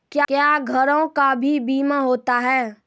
क्या घरों का भी बीमा होता हैं?